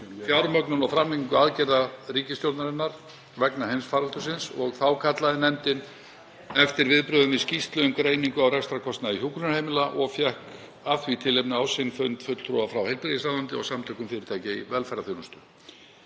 fjármögnun og framlengingu aðgerða ríkisstjórnarinnar vegna heimsfaraldursins og þá kallaði nefndin eftir viðbrögðum við skýrslu um greiningu á rekstrarkostnaði hjúkrunarheimila og fékk af því tilefni á sinn fund fulltrúa frá heilbrigðisráðuneyti og Samtökum fyrirtækja í velferðarþjónustu.